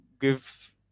give